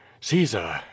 Caesar